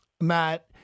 Matt